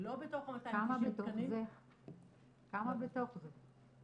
ולא בתוך ה-290 תקנים -- כמה בתוך זה,